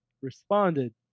responded